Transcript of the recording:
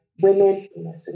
women